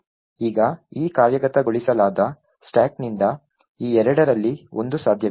ಈಗ ಈ ಕಾರ್ಯಗತಗೊಳಿಸಲಾಗದ ಸ್ಟಾಕ್ನಿಂದ ಈ ಎರಡರಲ್ಲಿ ಒಂದು ಸಾಧ್ಯವಿಲ್ಲ